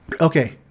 Okay